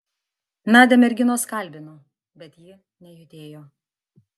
nadią merginos kalbino bet ji nejudėjo